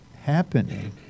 happening